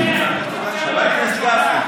חבר הכנסת גפני,